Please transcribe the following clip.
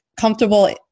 comfortable